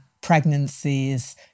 pregnancies